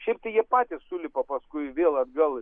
šiaip tai jie patys sulipa paskui vėl atgal